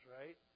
right